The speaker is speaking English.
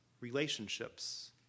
relationships